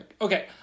okay